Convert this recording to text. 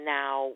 now